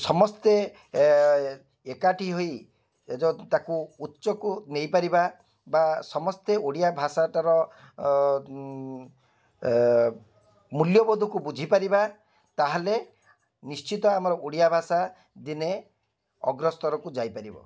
ସମସ୍ତେ ଏକାଠି ହୋଇ ଯଦି ତାକୁ ଉଚ୍ଚକୁ ନେଇପାରିବା ବା ସମସ୍ତେ ଓଡ଼ିଆ ଭାଷାଟାର ମୂଲ୍ୟବୋଧକୁ ବୁଝିପାରିବା ତା'ହେଲେ ନିଶ୍ଚିନ୍ତ ଆମ ଓଡ଼ିଆ ଭାଷା ଦିନେ ଅଗ୍ରସ୍ତରକୁ ଯାଇପାରିବ